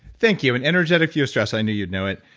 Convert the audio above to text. thank you, an energetic view of stress. i knew you'd know it.